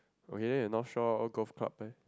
okay not shock all go club meh